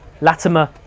Latimer